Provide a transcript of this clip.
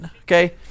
Okay